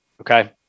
Okay